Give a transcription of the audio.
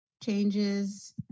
changes